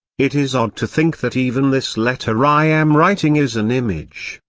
it is odd to think that even this letter i am writing is an image.